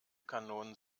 kanonen